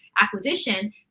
acquisition